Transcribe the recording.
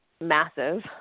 massive